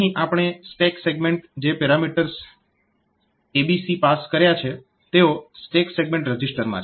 અહીં આપણે stack segment જે parameters a b c pass કર્યા છે તેઓ સ્ટેક સેગમેન્ટ રજીસ્ટરમાં છે